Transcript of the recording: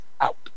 out